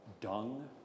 dung